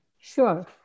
Sure